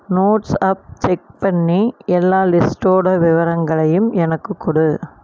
notes of check பண்ணி எல்லா லிஸ்டோட விவரங்களையும் எனக்குக் கொடு